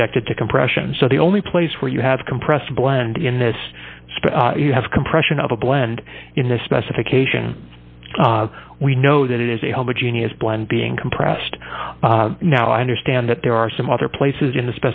subjected to compression so the only place where you have compressed blend in this space you have compression of a blend in the specification we know that it is a homogeneous blend being compressed now i understand that there are some other places in the